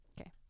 Okay